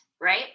right